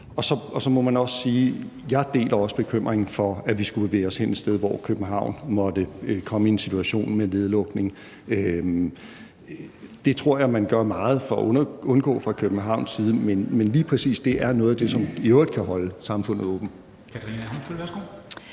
Så må jeg også sige, at jeg deler bekymringen for, at vi skulle bevæge os hen et sted, hvor København måtte komme i en situation med nedlukning. Det tror jeg at man gør meget for at undgå fra Københavns side. Men lige præcis test er noget, der i øvrigt kan holde samfundet åbent.